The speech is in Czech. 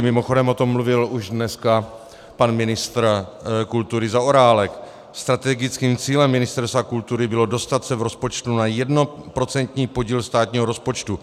Mimochodem, o tom mluvil už dneska pan ministr kultury Zaorálek strategickým cílem Ministerstva kultury bylo dostat se v rozpočtu na jednoprocentní podíl státního rozpočtu.